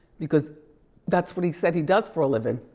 because that's what he said he does for a living,